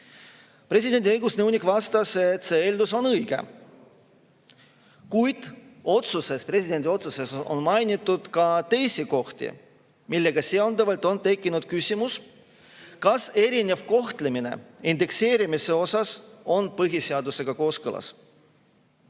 Presidendi õigusnõunik vastas, et see eeldus on õige. Kuid presidendi otsuses on mainitud ka [seaduse] teisi kohti, millega seonduvalt on tekkinud küsimus, kas erinev kohtlemine indekseerimisel on põhiseadusega kooskõlas.